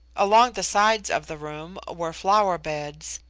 along the sides of the room were flower-beds,